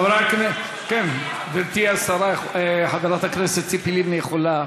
גברתי חברת הכנסת ציפי לבני יכולה.